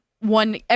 one